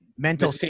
Mental